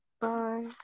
Bye